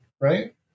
Right